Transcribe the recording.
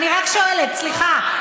אני רק שואלת, סליחה.